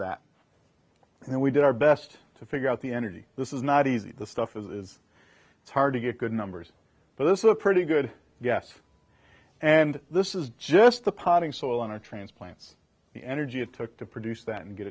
that and we did our best to figure out the energy this is not easy the stuff is it's hard to get good numbers but this is a pretty good guess and this is just the potting soil in our transplants the energy it took to produce that and get